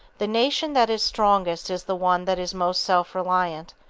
the nation that is strongest is the one that is most self-reliant,